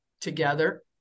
together